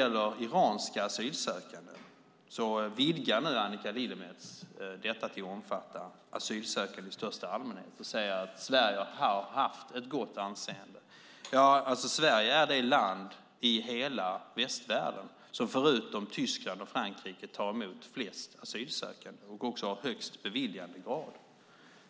Från iranska asylsökande vidgar nu Annika Lillemets detta till att omfatta asylsökande i största allmänhet, det vill säga att Sverige har haft ett gott anseende. Sverige är alltså det land i hela västvärlden som förutom Tyskland och Frankrike tar emot flest asylsökande och också har högst beviljandegrad.